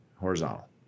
horizontal